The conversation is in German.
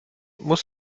muss